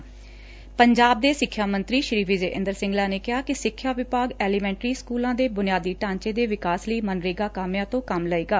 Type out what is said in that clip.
ਪੰਜਾਬ ਦੇ ਸਿੱਖਿਆ ਮੰਤਰੀ ਸ਼ੀ ਵਿਜੈ ਇੰਦਰ ਸੰਗਲਾ ਨੇ ਕਿਹਾ ਕਿ ਸਿੱਖਿਆ ਵਿਭਾਗ ਐਲੀਮੈਂਟਰੀ ਸਕੁਲਾਂ ਦੇ ਬੁਨਿਆਦੀ ਢਾਂਚੇ ਦੇ ਵਿਕਾਸ ਲਈ ਮਨਰੇਗਾ ਕਾਮਿਆਂ ਤੋਂ ਕੰਮ ਲਵੇਗਾ